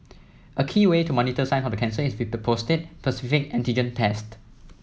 a key way to monitor signs of the cancer is with the prostate specific antigen test